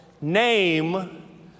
name